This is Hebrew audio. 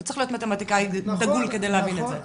לא צריך להיות מתמטיקאי דגול כדי להבין את זה.